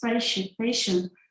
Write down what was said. patient